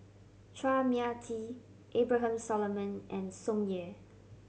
Chua Mia Tee Abraham Solomon and Tsung Yeh